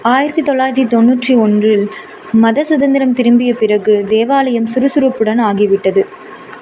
ஆயிரத்தி தொள்ளாயிரத்தி தொண்ணூற்றி ஒன்றில் மத சுதந்திரம் திரும்பிய பிறகு தேவாலயம் சுறுசுறுப்புடன் ஆகிவிட்டது